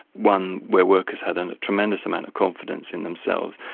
one where workers had and a tremendous amount of confidence in themselves.